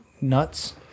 nuts